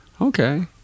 okay